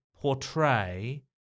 portray